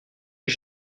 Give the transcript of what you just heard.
est